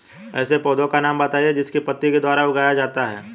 ऐसे पौधे का नाम बताइए जिसको पत्ती के द्वारा उगाया जाता है